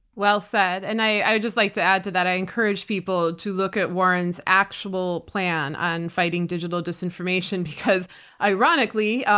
well said. and i would just like to add to that i encourage people to look at warren's actual plan on fighting digital disinformation, because ironically,